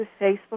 Facebook